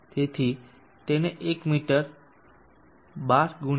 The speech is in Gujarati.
તેથી તેને એક મીટર 12 × 25